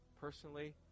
Personally